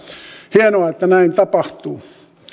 hienoa että näin tapahtuu